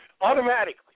automatically